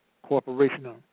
corporation